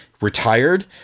retired